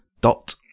dot